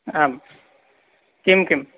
आं किं किं